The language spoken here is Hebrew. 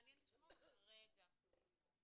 מעניין לשמוע --- חברים, רק שנייה.